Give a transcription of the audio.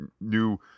new